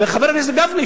וחבר הכנסת גפני,